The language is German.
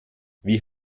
wie